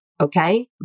okay